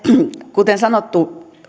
kuten sanottu